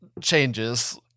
changes